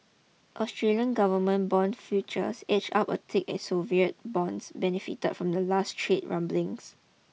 Australian government bond futures edged up a tick as sovereign bonds benefited from the latest trade rumblings